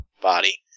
body